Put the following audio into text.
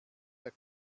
der